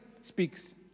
speaks